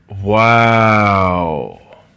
Wow